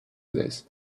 this